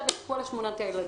חברת הכנסת עאידה תומא,